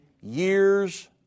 years